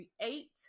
create